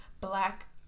black